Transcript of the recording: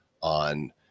on